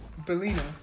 Belina